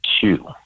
Two